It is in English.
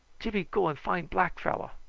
jimmy go and find black fellow.